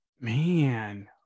Man